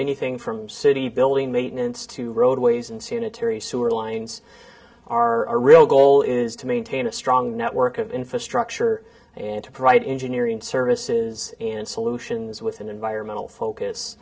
anything from city building maintenance to roadways and sanitary sewer lines are real goal is to maintain a strong network of infrastructure and to provide engineering services and solutions with an environmental